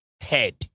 head